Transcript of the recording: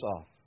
off